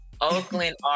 Oakland